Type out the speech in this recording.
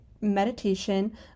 meditation